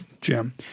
Jim